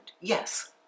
Yes